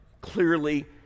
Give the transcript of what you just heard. clearly